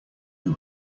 who